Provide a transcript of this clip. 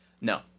No